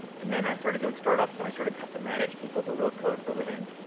and then, i started doing startups and i started to have to manage people who wrote code for a living.